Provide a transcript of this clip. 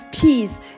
peace